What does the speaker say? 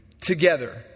together